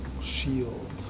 shield